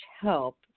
help